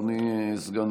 חברת הכנסת סטרוק,